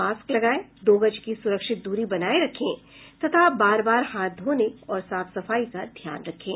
mask लगायें दो गज की सुरक्षित दूरी बनाये रखें तथा बार बार हाथ धोने और साफ सफाई का ध्यान रखें